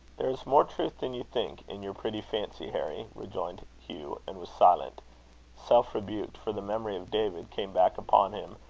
there is more truth than you think, in your pretty fancy, harry, rejoined hugh, and was silent self-rebuked for the memory of david came back upon him,